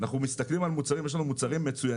אנחנו מסתכלים על מוצרים ויש לנו בישראל מוצרים מצוינים.